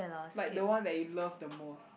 like the one that you love the most